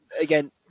again